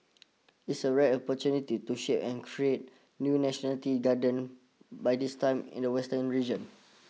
it's a rare opportunity to share and create new nationality garden by this time in the western region